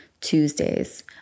Tuesdays